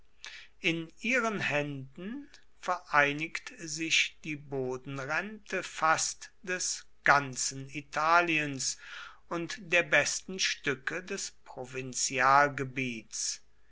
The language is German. in ihren händen vereinigt sich die bodenrente fast des ganzen italiens und der besten stücke des